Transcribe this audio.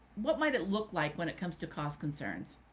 what might it look like when it comes to cost concerns?